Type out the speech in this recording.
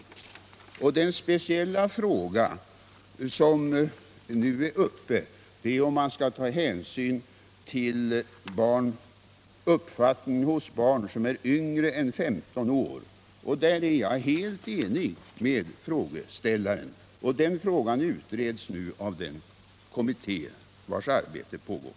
När det gäller den speciella fråga som nu är uppe, om man skall ta hänsyn till uppfattningen hos barn som är yngre än 15 år, är jag helt enig med frågeställaren. Den frågan utreds nu av en kommitté, vars arbete pågår.